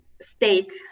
state